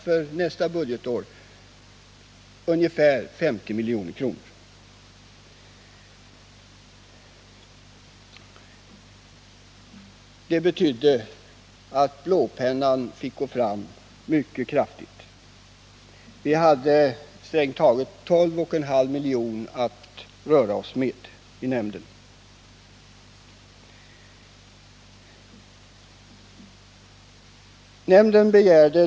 För nästa budgetår begärdes emellertid 50 milj.kr., vilket betydde att blåpennan fick gå fram mycket kraftigt i ansökningarna, då vi i nämnden strängt taget bara hade 12,5 miljoner att röra oss med och förmedla till organisationerna.